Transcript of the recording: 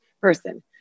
person